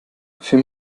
für